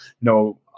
no